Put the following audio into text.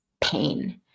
pain